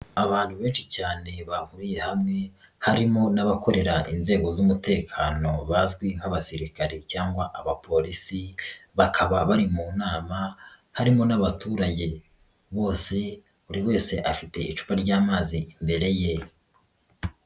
Abantu benshi cyane bahuriye hamwe, harimo n'abakorera inzego z'umutekano bazwi nk'abasirikare cyangwa abapolisi, bakaba bari mu nama, harimo n'abaturage, bose buri wese afite icupa ry'amazi imbere ye.